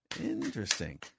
Interesting